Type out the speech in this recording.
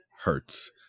hurts